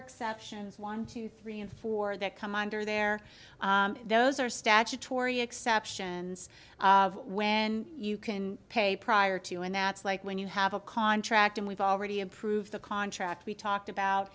exceptions one two three and four that come under there those are statutory exceptions when you can pay prior to and that's like when you have a contract and we've already approved the contract we talked about